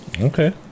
Okay